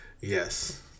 Yes